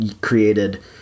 created